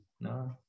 no